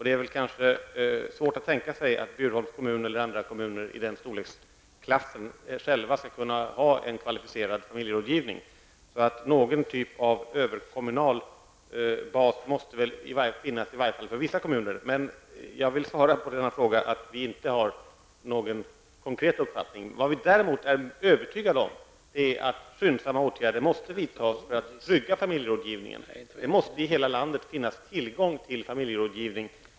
Det är svårt att tänka sig att Bjurholms kommun eller andra kommuner i den storleksklassen själva skall kunna ha en kvalificerad familjerådgivning. Någon typ av överkommunal bas måste väl åtminstone finnas för vissa kommuner. Men jag vill svara på frågan att vi inte har någon konkret uppfattning. Vad vi däremot är övertygade om är att skyndsamma åtgärder måste vidtas för att trygga familjerådgivningen. Det måste i hela landet finnas tillgång till familjerådgivning.